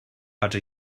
hatte